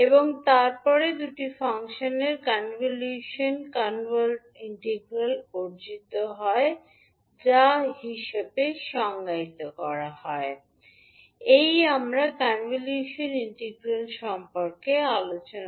এবং তারপরে দুটি ফাংশনের কনভলিউশনটি কনভলিউশন ইন্টিগ্রালকে অর্জিত হয় যা হিসাবে সংজ্ঞায়িত হয় এই আমরা কনভলিউশন ইন্টিগ্রাল সম্পর্কে আলোচনা